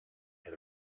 near